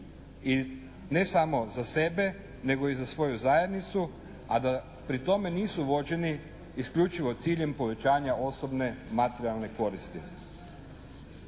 I ne samo za sebe nego i za svoju zajednicu a da pri tome nisu vođeni isključivo ciljem povećanja osobne, materijalne koristi.